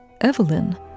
Evelyn